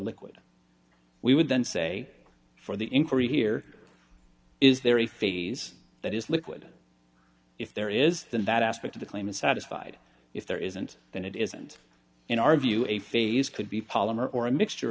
liquid we would then say for the inquiry here is there a phase that is liquid if there is then that aspect of the claim is satisfied if there isn't then it isn't in our view a phase could be polymer or a mixture